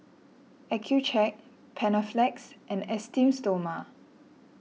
Accucheck Panaflex and Esteem Stoma